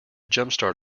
jumpstart